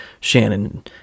Shannon